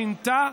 שינתה,